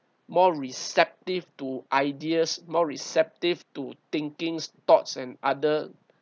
more receptive to ideas more receptive to thinkings thoughts and other